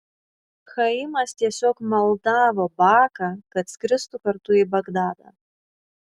chaimas tiesiog maldavo baką kad skristų kartu į bagdadą